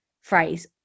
phrase